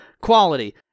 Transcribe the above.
Quality